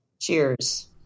cheers